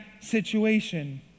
situation